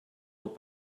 dans